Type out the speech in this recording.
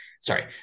sorry